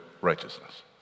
righteousness